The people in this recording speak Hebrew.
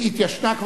המערכת התיישנה,